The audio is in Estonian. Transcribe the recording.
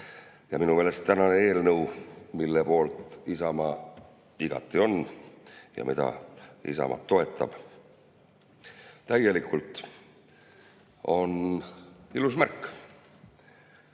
Minu meelest tänane eelnõu, mille poolt Isamaa igati on ja mida Isamaa toetab täielikult, on ilus märk